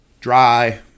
dry